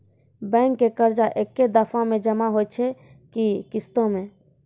Bank के कर्जा ऐकै दफ़ा मे जमा होय छै कि किस्तो मे?